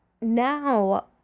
now